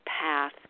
path